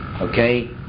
okay